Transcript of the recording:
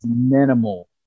minimal